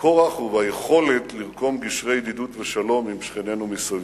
בכורח וביכולת לרקום גשרי ידידות ושלום עם שכנינו מסביב.